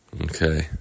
Okay